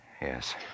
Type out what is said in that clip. Yes